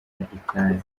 itabi